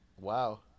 Wow